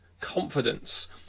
confidence